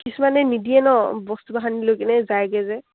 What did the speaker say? কিছুমানে নিদিয়ে ন বস্তু বাহনি লৈ কিনে যায়গে যে